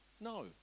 No